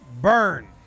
burn